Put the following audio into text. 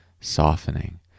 softening